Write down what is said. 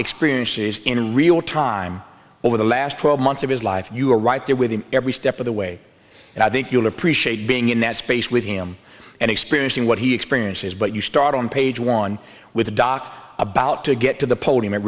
experiences in real time over the last twelve months of his life you are right there with him every step of the way and i think you'll appreciate being in that space with him and experiencing what he experiences but you start on page one with doc about to get to the podium